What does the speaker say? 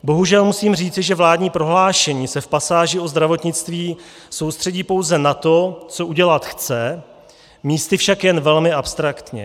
Bohužel musím říci, že vládní prohlášení se v pasáži o zdravotnictví soustředí pouze na to, co udělat chce, místy však jen velmi abstraktně.